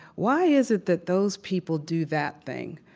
why is it that those people do that thing?